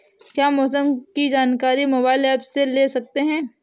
क्या मौसम की जानकारी मोबाइल ऐप से ले सकते हैं?